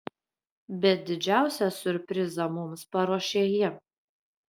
bet didžiausią siurprizą mums paruošė ji